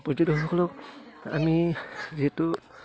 পৰ্যটকসকলক আমি যিহেতু